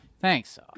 Thanks